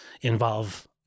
involve